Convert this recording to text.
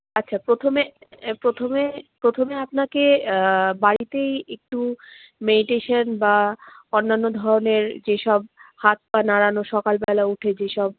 আচ্ছা প্রথমে প্রথমে প্রথমে আপনাকে বাড়িতেই একটু মেডিটেশন বা অন্যান্য ধরনের যে সব হাত পা নাড়ানো সকালবেলা উঠে যে সব